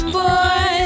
boy